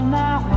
now